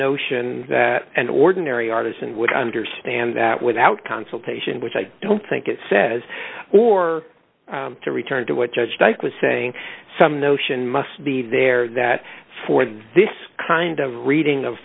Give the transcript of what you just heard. notion that an ordinary artisan would understand that without consultation which i don't think it says or to return to what judge dyke was saying some notion must be there that for this kind of reading of